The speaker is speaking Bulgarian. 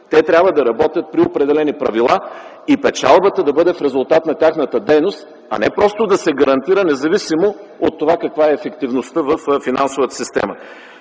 те трябва да работят при определени правила и печалбата да бъде в резултат на тяхната дейност, а не просто да се гарантира тя, независимо от това каква е ефективността във финансовата система.